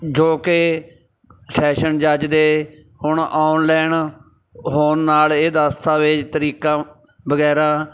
ਜੋ ਕਿ ਸੈਸ਼ਨ ਜੱਜ ਦੇ ਹੁਣ ਆਨਲਾਈਨ ਹੋਣ ਨਾਲ ਇਹ ਦਸਤਾਵੇਜ਼ ਤਰੀਕਾ ਵਗੈਰਾ